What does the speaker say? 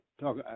talk